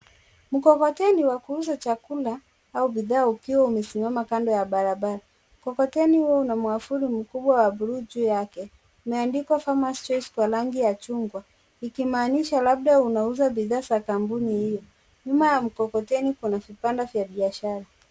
Mkokoteni wa kuuza chakula au bidhaa ukiwa umesimama kando ya barabara. Mkokoteni huo una mwavuli mkubwa wa bluu juu yake, umeandikwa Farmers Choice kwa rangi ya chungwa ikimaanisha labda unauza bidhaa za kampuni hiyo. Nyuma ya mkokoteni kuna vibanda vya biashara.